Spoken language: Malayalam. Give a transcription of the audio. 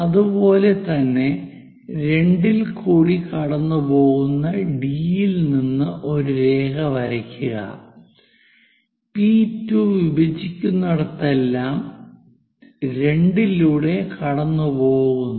അതുപോലെ തന്നെ 2 ൽ കൂടി കടന്നുപോകുന്ന ഡി യിൽ നിന്ന് ഒരു രേഖ വരയ്ക്കുക പി 2 വിഭജിക്കുന്നിടത്തെല്ലാം 2 ലൂടെ കടന്നുപോകുന്നു